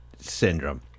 syndrome